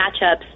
matchups